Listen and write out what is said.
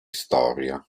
storia